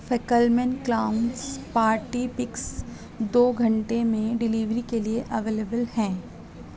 فیکلمین clown party packs دو گھنٹے میں ڈیلیوری کے لیے اویلیبل ہیں